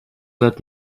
let